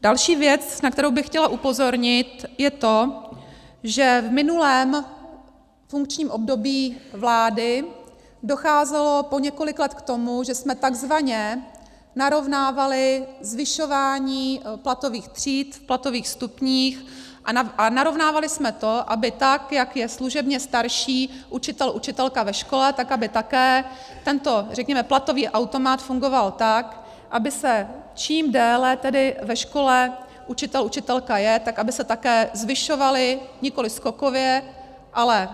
Další věc, na kterou bych chtěla upozornit, je to, že v minulém funkčním období vlády docházelo po několik let k tomu, že jsme takzvaně narovnávali zvyšování platových tříd v platových stupních a narovnávali jsme to, aby tak, jak je služebně starší učitel, učitelka ve škole, tak aby také tento řekněme platový automat fungoval tak, aby čím déle tedy ve škole učitel, učitelka je, tak aby se také zvyšovaly, nikoliv skokově, ale